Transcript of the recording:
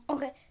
Okay